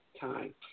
time